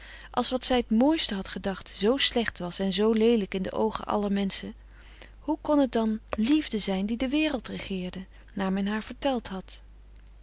als wat zij t mooiste had gedacht zoo slecht was en zoo leelijk in de oogen aller menschen hoe kon het dan liefde zijn die de wereld regeerde naar men haar verteld had